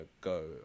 go